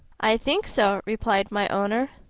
i think so, replied my owner.